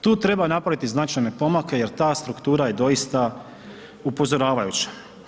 Tu treba napraviti značajne pomake jer ta struktura je doista upozoravajuća.